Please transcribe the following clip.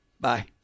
Bye